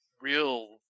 real